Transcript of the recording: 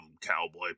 Cowboy